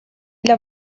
для